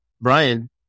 Brian